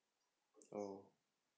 oh